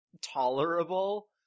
tolerable